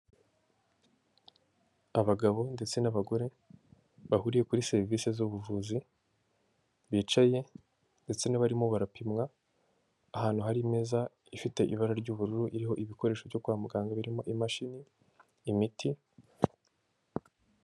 Abagabo ndetse n'abagore bahuriye kuri serivisi z'ubuvuzi bicaye ndetse n'abarimo barapimwa, ahantu hari imeza ifite ibara ry'ubururu, iriho ibikoresho byo kwa muganga birimo imashini, imiti.